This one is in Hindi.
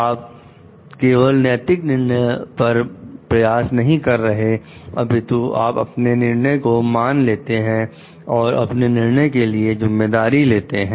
आप केवल नैतिक निर्णय का प्रयास नहीं कर रहे हैं अपितु आप अपने निर्णय को मान लेते हैं और अपने निर्णय के लिए जिम्मेदारी लेते हैं